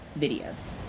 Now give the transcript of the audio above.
videos